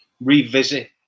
revisit